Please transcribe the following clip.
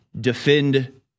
Defend